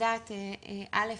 א',